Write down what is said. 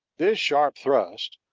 this sharp thrust,